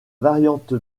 variante